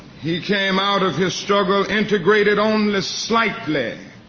he came out of his struggle integrated only slightly